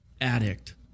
addict